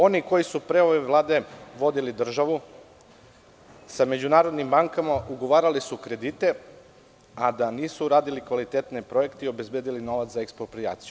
Oni koji su pre ove vlade vodili državu sa međunarodnim bankama ugovarali su kredite, a da nisu uradili kvalitetne projekte i obezbedili novac za eksproprijaciju.